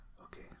Okay